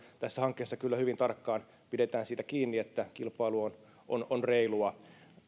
tässä hankkeessa kyllä hyvin tarkkaan pidetään siitä kiinni että kilpailu on on reilua